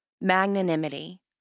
magnanimity